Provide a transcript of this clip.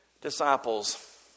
disciples